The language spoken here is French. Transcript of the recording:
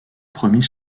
premiers